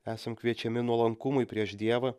esam kviečiami nuolankumui prieš dievą